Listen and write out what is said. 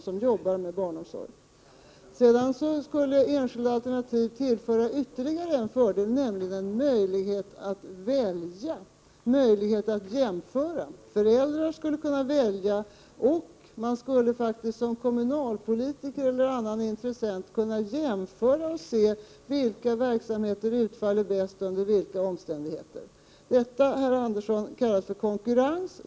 Enskilda alternativ skulle tillföra ytterligare en fördel, nämligen möjlighet att välja och jämföra. Det skulle exempelvis föräldrar kunna göra. Som kommunalpolitiker eller annan intressent skulle man faktiskt kunna jämföra och se vilka verksamheter som utfaller bäst under skilda omständigheter. Detta, Arne Andersson, kallas för konkurrens.